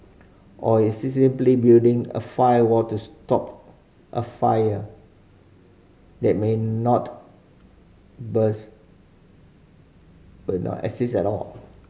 or is this simply building a firewall to stop a fire that may not exist at all